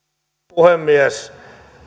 puhemies